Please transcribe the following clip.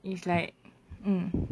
is like mm